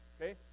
Okay